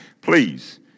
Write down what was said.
please